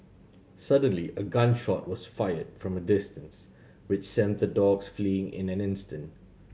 suddenly a gun shot was fired from a distance which sent the dogs fleeing in an instant